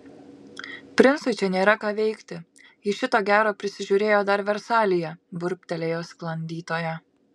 princui čia nėra ką veikti jis šito gero prisižiūrėjo dar versalyje burbtelėjo sklandytoja